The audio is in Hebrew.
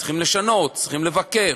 צריכים לשנות, צריכים לבקר.